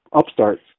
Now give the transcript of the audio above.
upstarts